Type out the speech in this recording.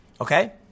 Okay